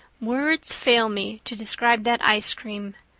words fail me to describe that ice cream.